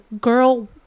girl